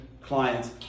clients